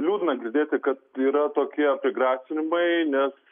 liūdna girdėti kad yra tokie prigrasinimai nes